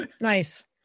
Nice